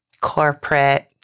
corporate